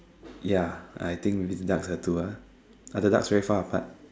ya I think ducks are two ah are the ducks very far apart